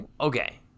Okay